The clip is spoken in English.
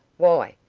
why,